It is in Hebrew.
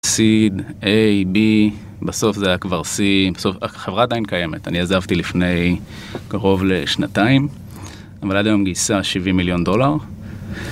C, A, B, בסוף זה היה כבר C, חברה עדיין קיימת, אני עזבתי לפני קרוב לשנתיים, אבל עד היום גייסה 70 מיליון דולר.